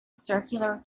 circular